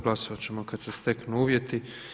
Glasovat ćemo kad se steknu uvjeti.